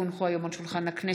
כי הונחו היום על שולחן הכנסת,